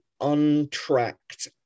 untracked